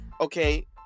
okay